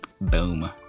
Boom